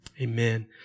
Amen